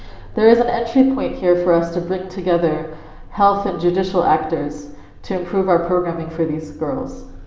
there is an entry point here for us to bring together health and judicial actors to improve our programming for these girls.